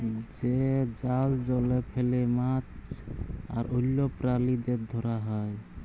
যে জাল জলে ফেলে মাছ আর অল্য প্রালিদের ধরা হ্যয়